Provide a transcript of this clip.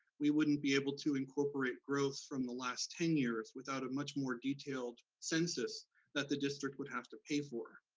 we wouldn't be able to incorporate growths from the last ten years without a much more detailed census that the district would have to pay for.